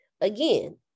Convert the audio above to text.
Again